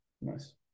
nice